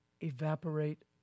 evaporate